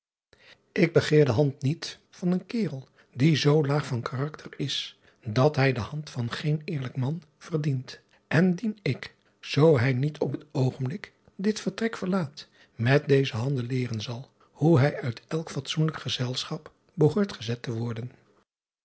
k begeer de hand niet van een karel die zoo laag van karakter is dat hij de hand van geen eerlijk man verdient en dien ik zoo hij niet op het oogenblik dit vertrek verlaat met deze handen leeren zal hoe hij uit elk fatsoenlijk gezelschap behoort gezet te woren